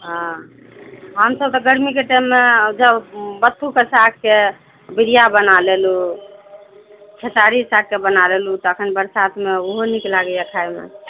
हँ हमसभ तऽ गर्मीके टाइममे जब बत्थुके सागके बिड़िआ बना लेलू खेसाड़ी सागके बना लेलू तऽ अखन बरसातमे ओहो नीक लागयए खाइमे